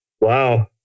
Wow